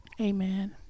Amen